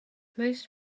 most